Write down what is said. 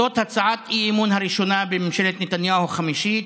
זאת הצעת האי-אמון הראשונה בממשלת נתניהו החמישית.